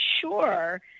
sure